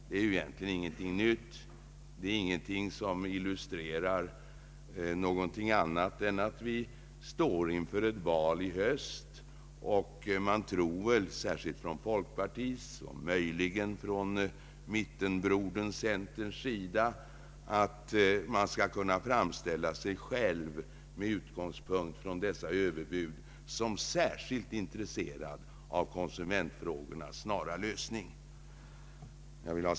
Det är egentligen ingenting nytt; det illustrerar inte något annat än att vi står inför ett val i höst. Och man tror väl särskilt från folkpartiets och möjligen från mittenbrodern centerns sida att man med utgångspunkt i dessa överbud skall kunna framställa sig själv som särskilt intresserad av konsumentfrågornas snara lösning.